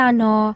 no